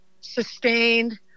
sustained